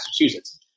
Massachusetts